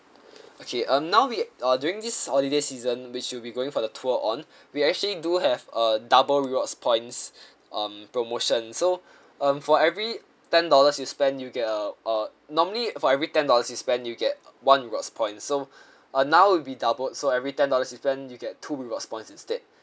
okay um now we uh during this holiday season which you'll be going for the tour on we actually do have a double rewards points um promotion so um for every ten dollars you spend you get a a normally uh for every ten dollars you spend you get one rewards points so uh now it'll be doubled so every ten dollars you spend you get two rewards points instead